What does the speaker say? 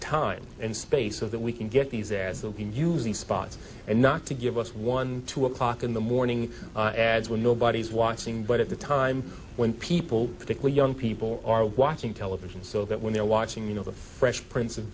time and space of that we can get these ads that can use these spots and not to give us one two o'clock in the morning when nobody's watching but at the time when people particularly young people are watching television so that when they're watching you know the fresh prince of